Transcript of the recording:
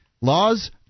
Laws